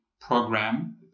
program